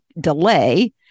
delay